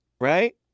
right